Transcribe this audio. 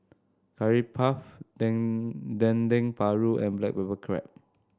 Curry Puff Dendeng Paru and Black Pepper Crab